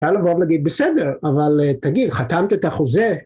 היה לבוא ולהגיד, בסדר, אבל תגיד, חתמת את החוזה?